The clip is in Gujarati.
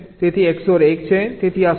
તેથી XOR 1 છે તેથી આ સંતુષ્ટ થાય છે